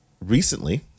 recently